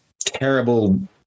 terrible